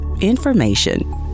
information